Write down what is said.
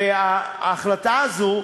ואת ההחלטה הזאת,